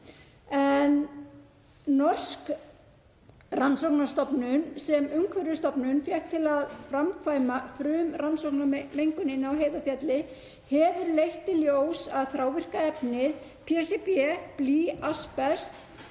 Norsk rannsóknastofnun, sem Umhverfisstofnun fékk til að framkvæma frumrannsókn á menguninni á Heiðarfjalli, hefur leitt í ljós að þrávirka efnið PCB, blý, asbest